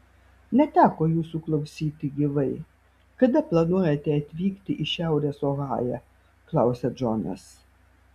neteko jūsų klausyti gyvai kada planuojate atvykti į šiaurės ohają klausia džonas